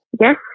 Yes